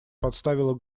подставила